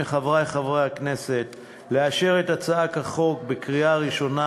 אבקש מחברי חברי הכנסת לאשר את הצעת החוק בקריאה ראשונה